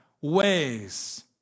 ways